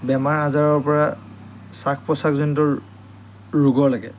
বেমাৰ আজাৰৰ পৰা শ্বাস প্ৰশ্বাসজনিত ৰোগ লাগে